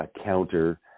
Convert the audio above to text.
counter